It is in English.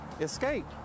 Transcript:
Escape